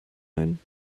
ein